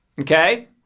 Okay